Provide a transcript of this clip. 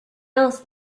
else